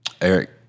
Eric